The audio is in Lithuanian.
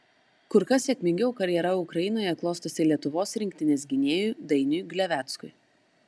kur kas sėkmingiau karjera ukrainoje klostosi lietuvos rinktinės gynėjui dainiui gleveckui